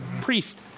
priest